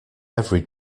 every